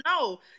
no